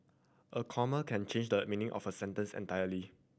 a comma can change the meaning of a sentence entirely